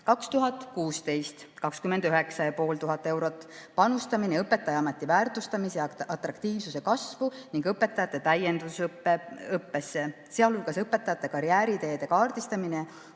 2016: 29 500 eurot, panustamine õpetajaameti väärtustamise ja atraktiivsuse kasvu ning õpetajate täiendusõppesse, sealhulgas õpetajate karjääriteede kaardistamine